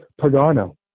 Pagano